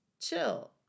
chill